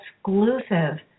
exclusive